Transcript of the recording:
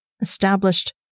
established